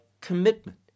commitment